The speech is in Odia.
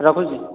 ରଖୁଛି